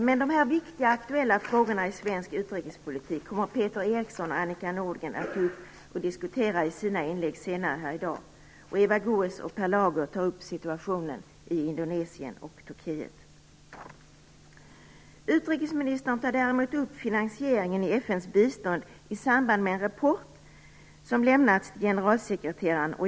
Men dessa viktiga och aktuella frågor i svensk utrikespolitik kommer Peter Eriksson och Annika Nordgren att upp och diskutera i sina inlägg senare i dag, och Eva Goës och Per Lager tar upp situationen i Indonesien och Utrikesministern tar upp finansieringen av FN:s bistånd i samband med en rapport som lämnats till generalsekreteraren.